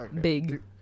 Big